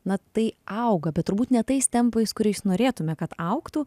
na tai auga bet turbūt ne tais tempais kuriais norėtume kad augtų